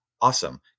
Awesome